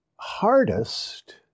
hardest